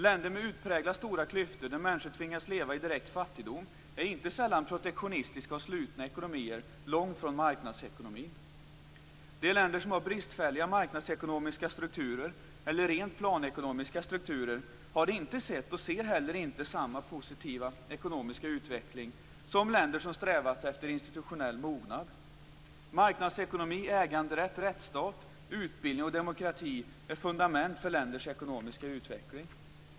Länder med utpräglat stora klyftor, där människor tvingas leva i direkt fattigdom, är inte sällan protektionistiska och slutna ekonomier, långt från marknadsekonomin. De länder som har bristfälliga marknadsekonomiska strukturer eller rent planekonomiska strukturer har inte sett och ser heller inte samma positiva ekonomiska utveckling som länder som strävat efter institutionell mognad. Marknadsekonomi, äganderätt, rättsstat, utbildning och demokrati är fundament för länders ekonomiska utveckling.